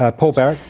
ah paul barratt?